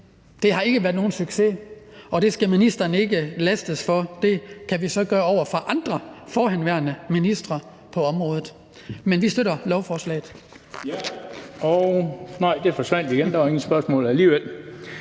det har ikke været nogen succes, og det skal ministeren ikke lastes for. Det kan vi så gøre over for andre forhenværende ministre på området. Men vi støtter lovforslaget.